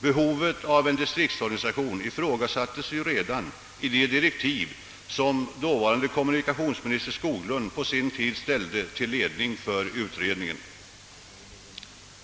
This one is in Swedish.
Behovet av en di striktsorganisation ifrågasattes ju redan i dåvarande kommunikationsminister Skoglunds direktiv till utredningen.